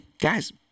guys